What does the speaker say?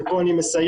ופה אני מסיים.